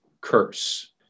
curse